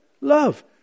Love